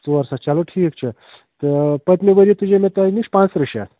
ژور ساس چلو ٹھیٖک چھُ تہٕ پٔتۍمہِ ؤرۍیہِ تُجے مےٚ تۄہہِ نِش پانٛژ ترٕٛہ شتھ